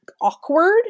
awkward